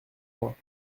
mois